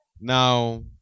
Now